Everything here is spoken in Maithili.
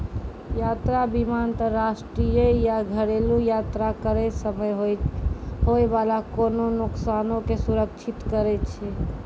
यात्रा बीमा अंतरराष्ट्रीय या घरेलु यात्रा करै समय होय बाला कोनो नुकसानो के सुरक्षित करै छै